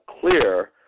clear